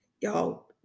y'all